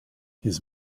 his